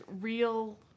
real